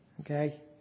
Okay